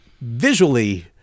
visually